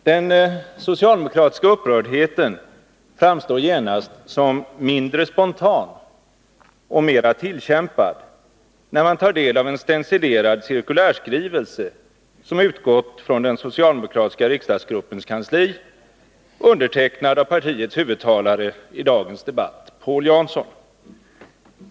Den socialdemokratiska upprördheten framstår genast som mindre spontan och mera tillkämpad, när man tar del av en stencilerad cirkulärskrivelse som har utgått från den socialdemokratiska riksdagsgruppens kansli, undertecknad av partiets huvudtalare i dagens debatt Paul Jansson.